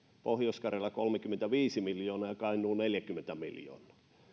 pohjois karjalaan kolmekymmentäviisi miljoonaa ja kainuuseen neljäkymmentä miljoonaa